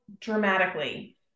dramatically